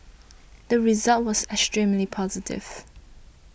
the result was extremely positive